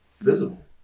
visible